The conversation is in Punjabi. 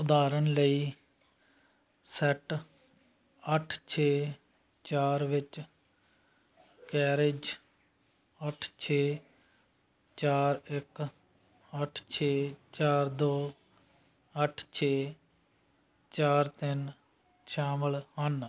ਉਦਾਹਰਨ ਲਈ ਸੈੱਟ ਅੱਠ ਛੇ ਚਾਰ ਵਿੱਚ ਕੈਰੇਜ਼ ਅੱਠ ਛੇ ਚਾਰ ਇੱਕ ਅੱਠ ਛੇ ਚਾਰ ਦੋ ਅੱਠ ਛੇ ਚਾਰ ਤਿੰਨ ਸ਼ਾਮਲ ਹਨ